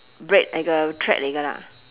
black nei ge thread nei ge lah